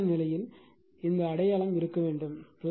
அவ்வாறான நிலையில் இந்த அடையாளம் இருக்க வேண்டும்